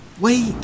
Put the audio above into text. Wait